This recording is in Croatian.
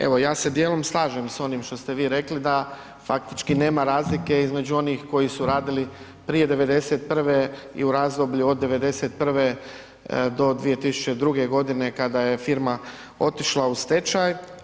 Evo ja se dijelom slažem s onim što ste vi rekli da faktički nema razlike između onih koji su radili prije '91. i u razdoblju od '91. do 2002. godine kada je firma otišla u stečaj.